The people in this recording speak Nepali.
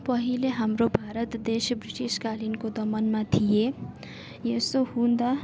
पहिले हाम्रो भारत देश ब्रिटिसकालीनको दमनमा थियो यसो हुँदा